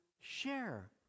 share